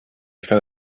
fell